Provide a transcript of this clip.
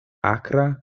akra